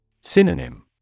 Synonym